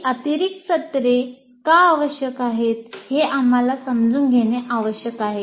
ही अतिरिक्त सत्रे का आवश्यक आहेत हे आम्हाला समजून घेणे आवश्यक आहे